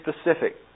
specific